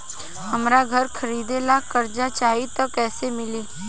हमरा घर खरीदे ला कर्जा चाही त कैसे मिली?